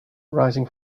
rising